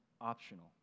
optional